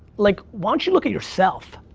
like, why don't you look at yourself?